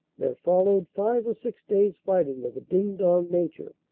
there followed five or six days fighting of a ding-dong nature,